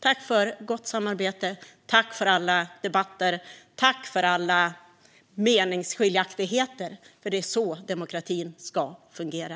Tack för gott samarbete, tack för alla debatter och tack för alla meningsskiljaktigheter - det är så demokratin ska fungera!